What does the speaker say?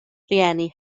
rhieni